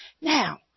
Now